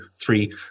three